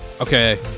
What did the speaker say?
Okay